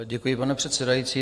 Děkuji, pane předsedající.